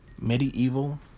Medieval